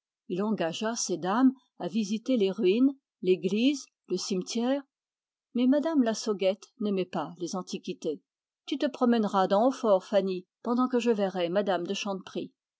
il engagea ces dames à visiter les ruines l'église le cimetière mais mme lassauguette n'aimait pas les antiquités tu te promèneras dans hautfort fanny pendant que je verrai mme de